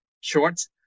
shorts